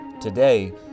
Today